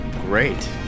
Great